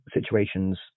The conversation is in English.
situations